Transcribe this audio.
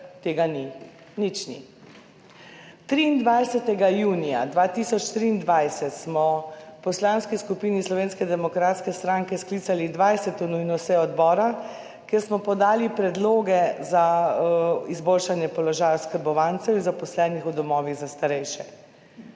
tega ni, nič ni. 23. junija 2023 smo v Poslanski skupini Slovenske demokratske stranke sklicali 20. nujno sejo odbora, kjer smo podali predloge za izboljšanje položaja oskrbovancev in zaposlenih v domovih za starejše.